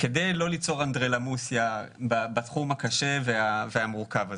כדי לא ליצור אנדרלמוסיה בתחום הקשה והמורכב הזה.